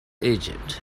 egypt